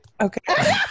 Okay